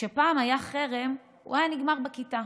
כשפעם היה חרם, הוא היה נגמר בכיתה.